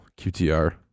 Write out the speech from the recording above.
QTR